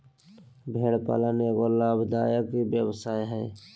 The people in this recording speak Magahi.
भेड़ पालन एगो लाभदायक व्यवसाय हइ